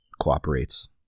cooperates